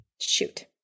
shoot